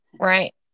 Right